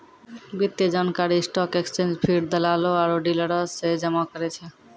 वित्तीय जानकारी stock exchange feed, दलालो आरु डीलरो से जमा करै छै